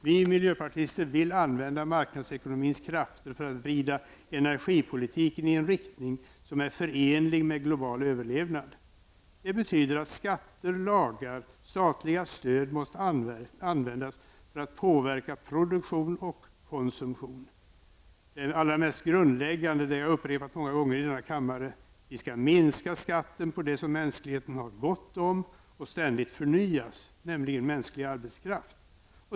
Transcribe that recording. Vi miljöpartister vill använda marknadsekonomins krafter för att vrida energipolitiken i en riktning som är förenlig med global överlevnad. Det betyder att skatter, lagar och statliga stöd måste användas för att påverka produktion och konsumtion. Det allra mest grundläggande är -- och det har jag upprepat många gånger i denna kammare -- att minska skatten på det som mänskligheten har gott om och som ständigt förnyas, nämligen mänsklig arbetskraft.